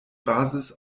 basis